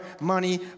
money